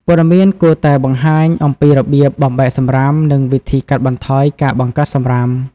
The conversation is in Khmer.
ព័ត៌មានគួរតែបង្ហាញអំពីរបៀបបំបែកសំរាម និងវិធីកាត់បន្ថយការបង្កើតសំរាម។